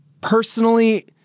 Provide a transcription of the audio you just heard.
personally